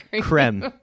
creme